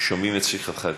שומעים את שיחתך כאן.